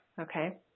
okay